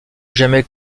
jamais